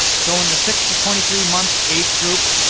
so, on the six to twenty three month age group,